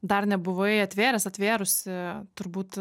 dar nebuvai atvėręs atvėrusi turbūt